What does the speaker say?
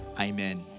amen